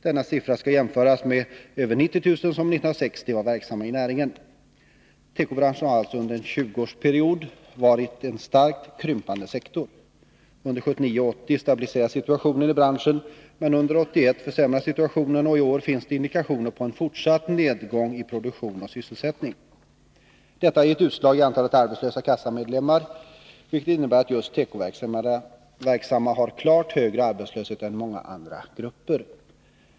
Denna siffra skall jämföras med över 90 000, som år 1960 var verksamma inom näringen. Tekobranschen har alltså under en 20-årsperiod varit en starkt krympande sektor. Under 1979-1980 stabiliserades branschen. Men under 1981 försämrades situationen, och i år finns det indikationer på en fortsatt nedgång i produktion och sysselsättning. Detta har gett utslag i antalet arbetslösa kassamedlemmar, vilket innebär att just tekoverksamma har en klart högre arbetslöshet än många andra grupper.